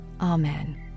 amen